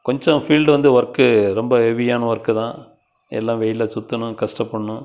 கொஞ்சம் ஃபீல்டு வந்து ஒர்க்கு ரொம்ப ஹெவியான ஒர்க்கு தான் எல்லாம் வெயில்ல சுற்றணும் கஷ்டப்படணும்